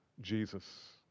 Jesus